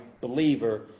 believer